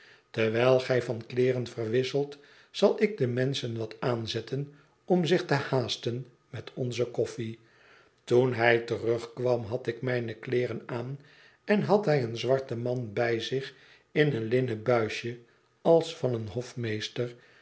terwijl gij van kleeren verwisselt zal ik de menschen wat aanzetten om zich te haasten met onze koffie toen hij terugkwam had ik zijne kleeren aan en had hij een zwarten man bij zich in een linnen buisje als van een hofmeester